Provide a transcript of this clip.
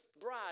bride